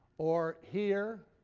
or here,